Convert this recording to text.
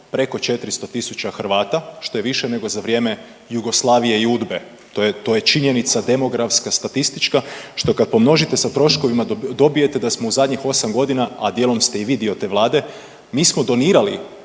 preko 400 tisuća Hrvata, što je više nego za vrijeme Jugoslavije i UDBA-e, to je, to je činjenica demografska, statistička, što kad pomnožite sa troškovima dobijete da smo u zadnjih 8.g., a dijelom ste i vi dio te vlade, mi smo donirali